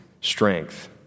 strength